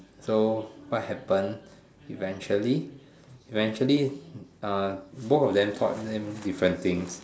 so what happen eventually eventually err both of them taught them different things